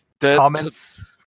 comments